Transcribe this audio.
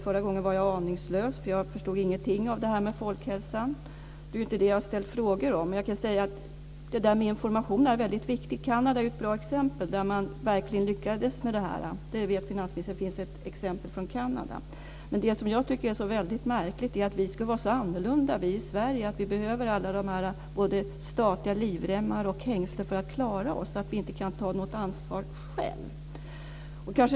Förra gången var jag aningslös. Jag förstod ingenting av detta med folkhälsan. Det är inte det jag har ställt frågor om. Detta med information är väldigt viktigt. Kanada är ett bra exempel. Där lyckades man verkligen. Finansministern vet att det finns ett exempel från Det som jag tycker är så märkligt är att vi ska vara så annorlunda i Sverige att vi behöver alla dessa statliga livremmar och hängslen för att klara oss och att vi inte kan ta något ansvar själva.